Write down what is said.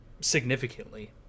significantly